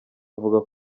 avuga